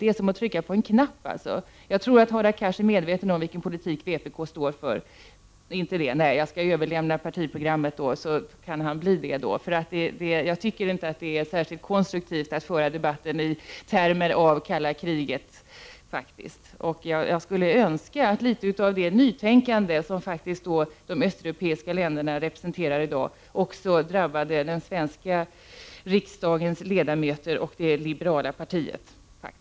Det är som att trycka på en knapp. Jag tror att Hadar Cars är medveten om vilken politik vpk står för. Inte det? Jag skall då överlämna partiprogrammet, så kan han bli medve = Prot. 1989/90:23 ten om vår politik. Jag tycker inte att det är särskilt konstruktivt att föra de 10 november 1989 batten i kalla krigets termer. Och jag skulle önska att litet av det nytänkande. som faktiskt de östeuropeiska länderna representerar i dag också drabbade den svenska riksdagens ledamöter och det liberala partiet.